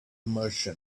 merchant